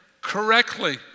correctly